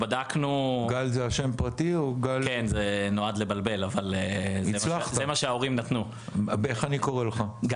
גל זה השם הפרטי או גל --- איך אני קורא לך?